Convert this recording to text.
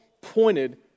pointed